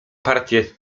partie